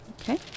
Okay